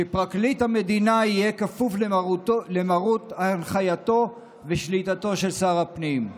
שפרקליט המדינה יהיה כפוף למרות הנחייתו ושליטתו של שר הפנים.